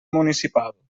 municipal